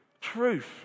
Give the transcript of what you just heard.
truth